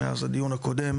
שמאז הדיון הקודם